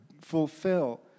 fulfill